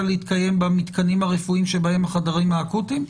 להתקיים במתקנים הרפואיים שבהם החדרים האקוטיים?